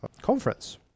conference